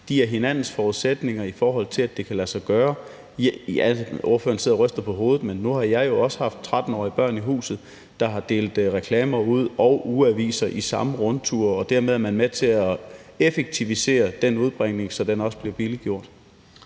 de er hinandens forudsætninger, i forhold til at det kan lade sig gøre. Ordføreren sidder og ryster på hovedet, men nu har jeg jo også haft 13-årige børn i huset, der har delt reklamer og ugeaviser ud i samme rundtur, og dermed er man med til at effektivisere den udbringning, så den også bliver billiggjort.